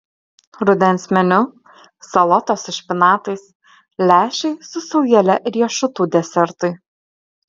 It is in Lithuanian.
rudens meniu salotos su špinatais lęšiai su saujele riešutų desertui